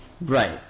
Right